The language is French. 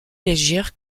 légères